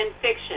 fiction